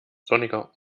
sonniger